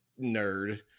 nerd